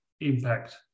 impact